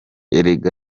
erega